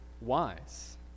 wise